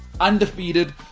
Undefeated